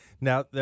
Now